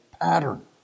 pattern